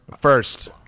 first